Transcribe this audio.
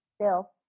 Bill